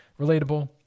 relatable